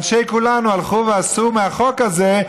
אנשי כולנו הלכו ועשו מהחוק הזה,